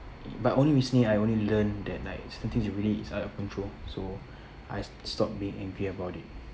but only recently I only learn that like somethings really is out of control so I stop being angry about it